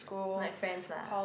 my friends lah